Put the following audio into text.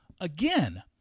again